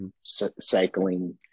Cycling